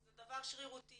זה דבר שרירותי,